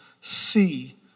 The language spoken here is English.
see